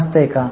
समजतंय का